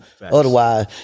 Otherwise